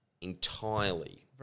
entirely